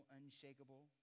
unshakable